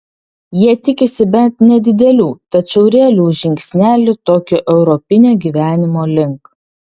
jie tikisi bent nedidelių tačiau realių žingsnelių tokio europinio gyvenimo link